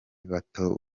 bato